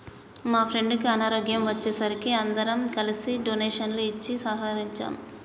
మా ఫ్రెండుకి అనారోగ్యం వచ్చే సరికి అందరం కలిసి డొనేషన్లు ఇచ్చి సహకరించాం